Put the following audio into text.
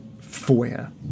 foyer